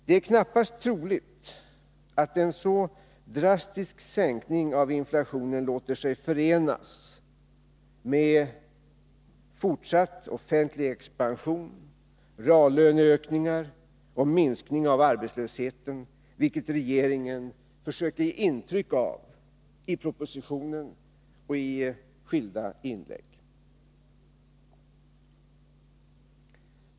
Det är knappast troligt att en så drastisk sänkning av inflationen låter sig förenas med fortsatt offentlig expansion, reallöneökningar och minskning av arbetslösheten, vilket regeringen försöker ge intryck av i propositionen och i skilda inlägg.